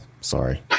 Sorry